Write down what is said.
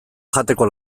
jateko